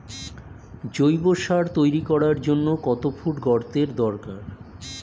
জৈব সার তৈরি করার জন্য কত ফুট গর্তের দরকার?